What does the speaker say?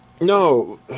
No